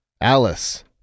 Alice